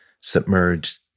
submerged